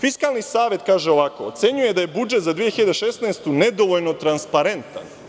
Fiskalni savet, kaže ovako, ocenjuje da je budžet za 2016. godinu nedovoljno transparentan.